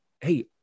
hey